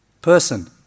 person